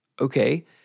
okay